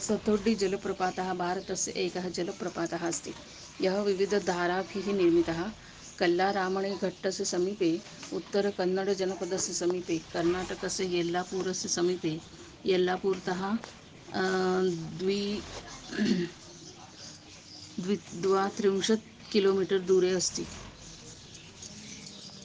सतोड्डि जलप्रपातः भारतस्य एकः जलप्रपातः अस्ति यः विविधधाराभिः निर्मितः कल्लारामणीघट्टस्य समीपे उत्तरकन्नडजनपदस्य समीपे कर्नाटकस्य एल्लापुरस्य समीपे येल्लापूर्तः द्वी द्वे द्वात्रिंशत् किलो मीटर् दूरे अस्ति